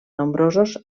nombrosos